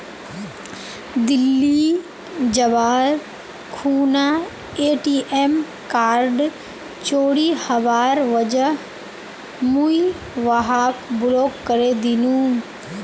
दिल्ली जबार खूना ATM card चोरी हबार वजह मुई वहाक ब्लॉक करे दिनु